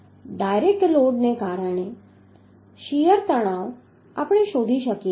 તેથી ડાયરેક્ટ લોડને કારણે શીયર તણાવ આપણે શોધી શકીએ છીએ